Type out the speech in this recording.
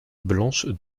blanche